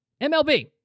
MLB